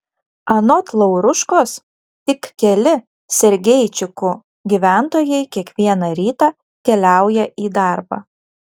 anot lauruškos tik keli sergeičikų gyventojai kiekvieną rytą keliauja į darbą